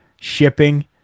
Shipping